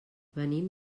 venim